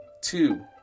two